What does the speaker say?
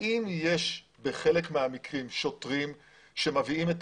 האם בחלק מהמקרים יש שוטרים שמביאים את